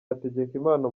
hategekimana